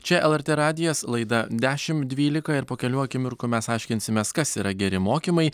čia lrt radijas laida dešimt dvylika ir po kelių akimirkų mes aiškinsimės kas yra geri mokymai